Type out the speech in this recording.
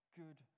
good